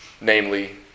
Namely